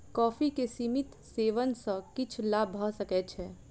coffee के सीमित सेवन सॅ किछ लाभ भ सकै छै